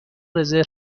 رزرو